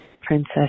princess